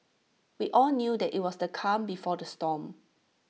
we all knew that IT was the calm before the storm